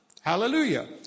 Hallelujah